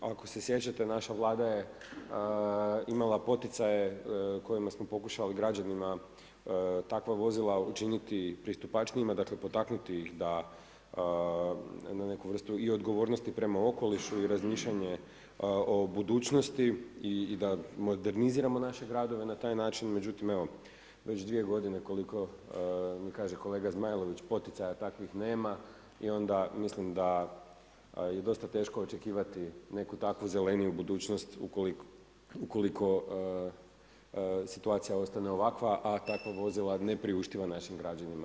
Ako se sjećate naša je Vlada imala poticaj kojima smo pokušali građanima takva vozila učiniti pristupačnijima, dakle potaknuti ih na neku vrstu i odgovornosti prema okolišu i razmišljanje o budućnosti i da moderniziramo naše gradove na taj način, međutim evo već dvije godine koliko mi kaže Zmajlović poticaja takvih nema i onda mislim da je dosta teško očekivati neku takvu zeleniju budućnost ukoliko situacija ostane ovakva a takva vozila ne priuštiva našim građanima.